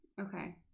Okay